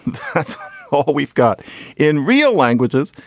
that's all we've got in real languages.